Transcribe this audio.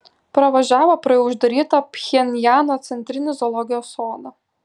pravažiavo pro jau uždarytą pchenjano centrinį zoologijos sodą